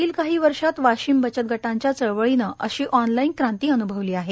मागील काही वर्षात वाशिम बचतगटांच्या चळवळीने अशी ऑनलाईन क्रांती अन्भवली आहे